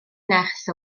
nerth